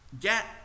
get